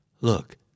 Look